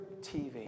TV